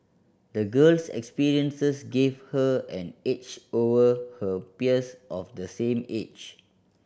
the girl's experiences gave her an edge over her peers of the same age